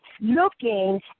looking